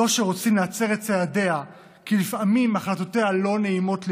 זו שרוצים להצר את צעדיה כי לפעמים החלטותיה לא נעימות למישהו.